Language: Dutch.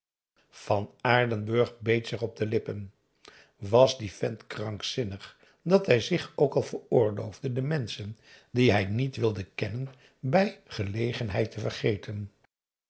van aardenburg beet zich op de lippen was die vent krankzinnig dat hij zich ook al veroorloofde de menschen die hij niet wilde kennen bij gelegenheid te vergeten